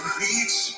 reach